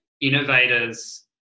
innovators